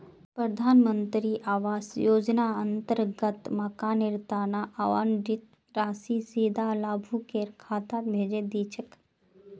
प्रधान मंत्री आवास योजनार अंतर्गत मकानेर तना आवंटित राशि सीधा लाभुकेर खातात भेजे दी छेक